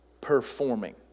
performing